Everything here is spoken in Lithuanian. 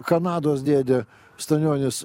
kanados dėdė stanionis